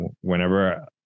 whenever